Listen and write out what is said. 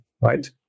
right